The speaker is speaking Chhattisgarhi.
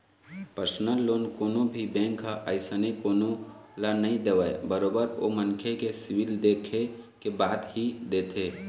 परसनल लोन कोनो भी बेंक ह अइसने कोनो ल नइ देवय बरोबर ओ मनखे के सिविल देखे के बाद ही देथे